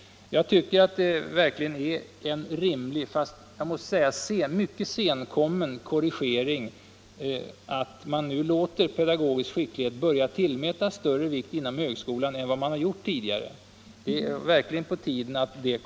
Jag tycker att det är en rimlig men mycket senkommen korrigering man gör när man nu låter pedagogisk skicklighet tillmätas större vikt inom högskolan än man gjort tidigare. Det är verkligen på tiden.